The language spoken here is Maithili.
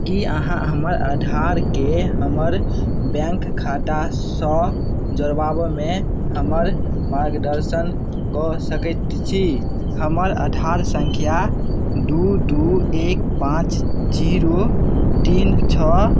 कि अहाँ हमर आधारकेँ हमर बैँक खातासँ जोड़बाबैमे हमर मार्गदर्शन कऽ सकै छी हमर आधार सँख्या दुइ दुइ एक पाँच जीरो तीन छओ